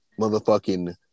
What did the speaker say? motherfucking